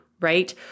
right